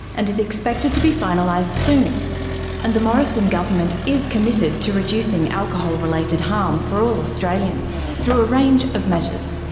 and is expected to be finalised soon and the morrison government is committed to reducing alcohol-related harm for all australians through a range of measures.